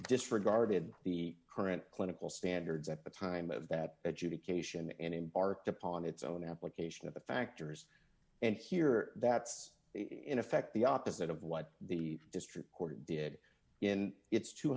disregarded the current clinical standards at the time of that adjudication and embarked upon its own application of the factors and here that's in effect the opposite of what the district court did in its two